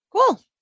Cool